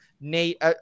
Nate